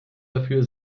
dafür